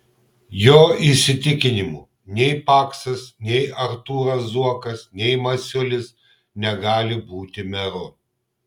jo įsitikinimu nei paksas nei artūras zuokas nei masiulis negali būti meru